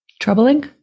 troubling